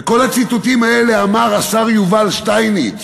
ואת כל הציטוטים האלה אמר השר יובל שטייניץ,